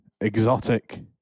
exotic